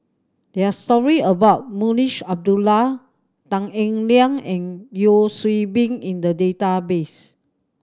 there are story about Munshi Abdullah Tan Eng Liang and Yeo Hwee Bin in the database